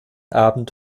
abend